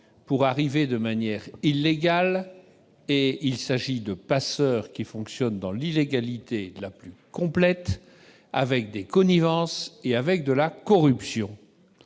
pour arriver de manière illégale. Il s'agit de passeurs qui oeuvrent dans l'illégalité la plus complète grâce à des connivences et à de la corruption.